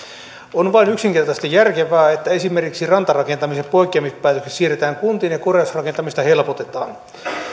on vain yksinkertaisesti järkevää että esimerkiksi rantarakentamisen poikkeamispäätökset siirretään kuntiin ja korjausrakentamista helpotetaan